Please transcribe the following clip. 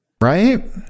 Right